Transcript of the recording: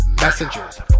Messengers